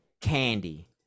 candy